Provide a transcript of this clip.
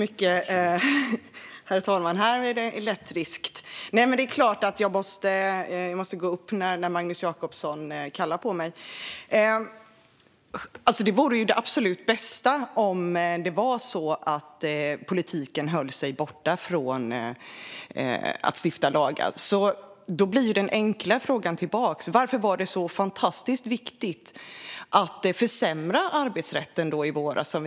Herr talman! Det är klart att jag måste gå upp när Magnus Jacobsson kallar på mig. Det vore ju det absolut bästa om det var så att politiken höll sig borta från att stifta lagar. Då blir den enkla frågan tillbaka varför det var så fantastiskt viktigt att försämra arbetsrätten, som vi gjorde i våras.